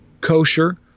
kosher